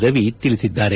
ರವಿ ತಿಳಿಸಿದ್ದಾರೆ